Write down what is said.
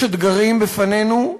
יש אתגרים בפנינו,